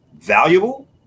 valuable